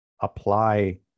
apply